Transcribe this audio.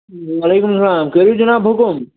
وعلیکُم سلام کٔرِو جِناب حُکُم